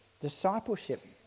Discipleship